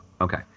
Okay